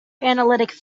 analytic